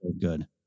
good